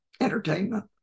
entertainment